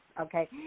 okay